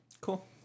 Cool